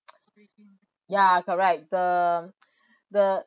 ya correct the the